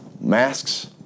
Masks